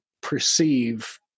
perceive